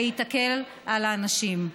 שתקל על האנשים.